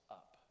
up